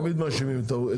תמיד מאשימים את אוקראינה.